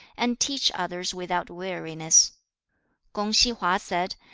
and teach others without weariness kung-hsi hwa said,